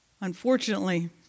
Unfortunately